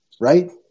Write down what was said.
right